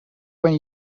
when